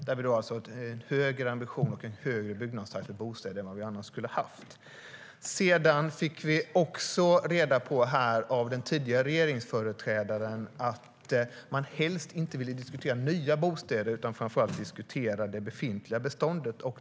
I den finns högre ambitioner och en högre byggnadstakt för bostäder än vi annars skulle ha haft. Vi fick av den tidigare regeringsföreträdaren också reda på att man helst inte ville diskutera nya bostäder utan framför allt det befintliga beståndet.